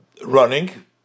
running